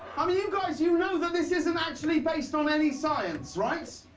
i mean you guys, you know that this isn't actually based on any science, right?